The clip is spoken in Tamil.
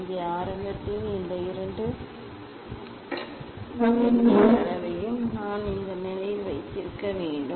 இங்கே ஆரம்பத்தில் இந்த இரண்டு வெர்னியர் அளவையும் நாம் இந்த நிலையில் வைத்திருக்க வேண்டும்